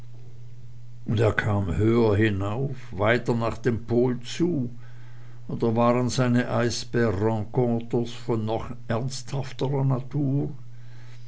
er kam höher hinauf weiter nach dem pol zu oder waren seine eisbär rencontres von noch ernsthafterer natur